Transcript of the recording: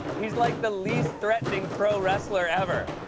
he's like the least-threatening pro wrestler ever.